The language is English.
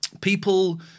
people